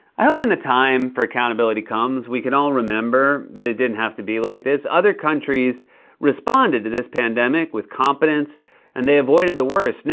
i hope when the time for accountability comes, we can all remember that it didn't have to be like this. other countries responded to this pandemic with competence and they avoided the worst.